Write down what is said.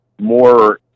more